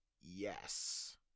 Yes